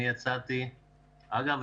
אגב,